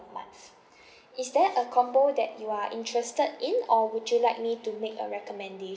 month is there a combo that you are interested in or would you like me to make a recommendation